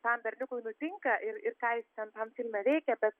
tam berniukui nutinka ir ir ką jis ten tam filme veikė bet